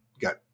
got